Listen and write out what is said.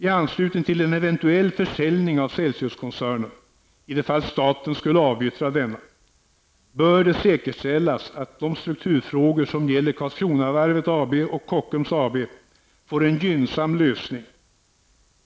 I anslutning till en eventuell försäljning av Celciuskoncernen, i det fall staten skulle avyttra denna, bör det säkerställas att de strukturfrågor som gäller Karlskronavarvet AB och Kockums AB får en gynnsam lösning.